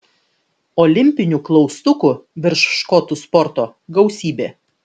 olimpinių klaustukų virš škotų sporto gausybė